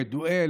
פדואל,